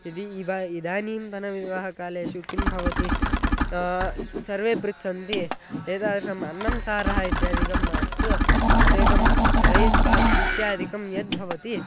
यदि इब इदानीन्तनविवाहकालेषु किं भवति सर्वे पृच्छन्ति एतादृशम् अन्नं सारः इत्यादिकं मास्तु एकं रैस् बात् इत्यादिकं यद्भवति